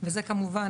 וזה כמובן,